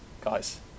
guys